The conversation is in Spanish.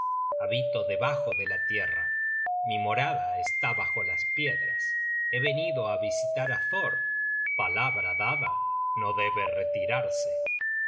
habito debajo de la tierra mi morada está bajo las piedras he venido á visitar á thor palabra dada no debe retirarse